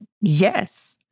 Yes